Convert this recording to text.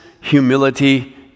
humility